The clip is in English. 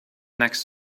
next